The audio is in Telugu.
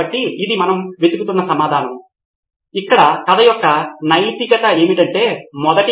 కానీ కూర్చుని ఆ తుది నోట్లోకి ఏ సమాచారము వెళ్ళాలో చూడటానికి కొంత సమయం పడుతుంది